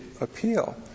appeal